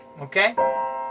okay